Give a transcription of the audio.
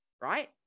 right